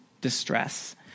distress